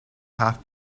half